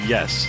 Yes